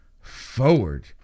forward